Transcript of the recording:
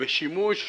ושימוש